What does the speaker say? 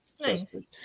Nice